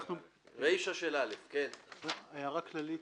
הערה כללית